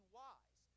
wise